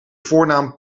voornaam